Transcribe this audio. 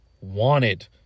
wanted